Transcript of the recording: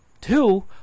two